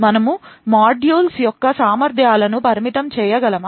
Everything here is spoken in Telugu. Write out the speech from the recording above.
మనము మాడ్యూల్స్ యొక్క సామర్థ్యాలను పరిమితం చేయగలమా